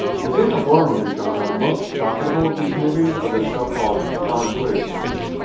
within the horror movie genre, the most profitable of these movies are the so-called found-footage movies.